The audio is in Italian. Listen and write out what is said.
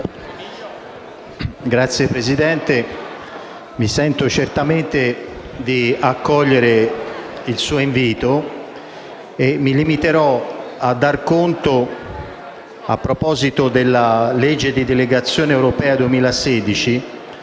Signor Presidente, mi sento certamente di accogliere il suo invito e mi limiterò a dar conto, a proposito della legge di delegazione europea per